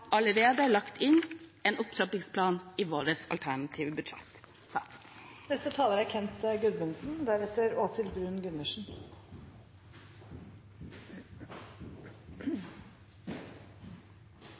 allerede lagt inn en opptrappingsplan i vårt alternative budsjett. Når jeg nå tar ordet en gang til, er